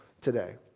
today